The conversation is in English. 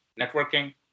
networking